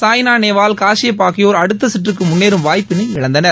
சாய்னா நேவால் காசியப் ஆகியோர் அடுத்த கற்றுக்கு முன்னேறும் வாய்ப்பினை இழந்தனர்